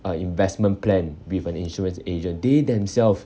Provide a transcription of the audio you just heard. uh investment plan with an insurance agent they themselves